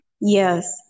Yes